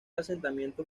asentamiento